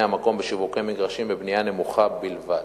המקום בשיווקי מגרשים בבנייה נמוכה בלבד.